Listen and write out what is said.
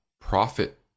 profit